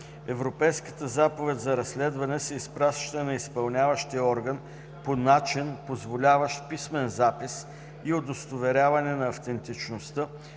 Европейската заповед за разследване се изпраща на изпълняващия орган по начин, позволяващ писмен запис и удостоверяване на автентичността,